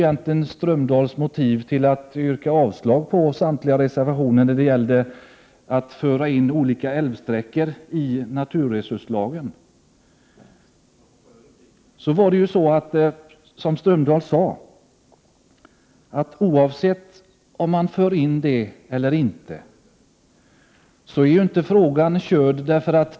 Jan Strömdahls motiv för att yrka avslag på samtliga reservationer om att skriva in olika älvsträckor i naturresurslagen var egentligen att oavsett om man skriver in dem är ju frågan inte avgjord.